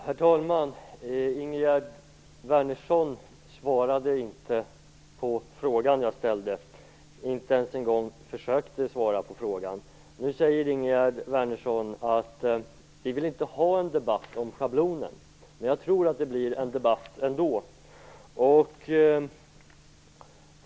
Herr talman! Ingegerd Wärnersson svarade inte på frågan jag ställde. Hon försökte inte ens en gång att svara på den. Nu säger Ingegerd Wärnersson att vi inte vill ha en debatt om schablonen. Jag tror att det blir en debatt ändå.